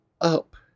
up